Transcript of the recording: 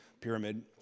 pyramid